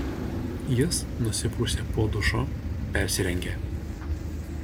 jis nusiprausė po dušu persirengė